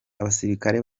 abasirikare